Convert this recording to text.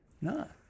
No